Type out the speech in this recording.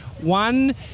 One